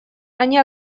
они